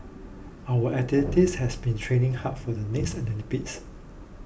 our athletes have been training hard for the next Olympics